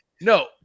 no